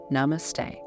Namaste